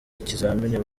ikizamini